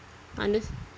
unless